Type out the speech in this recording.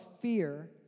fear